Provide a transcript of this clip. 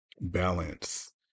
balance